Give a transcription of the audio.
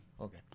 Okay